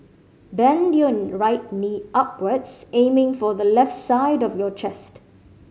bend your right knee upwards aiming for the left side of your chest